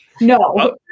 No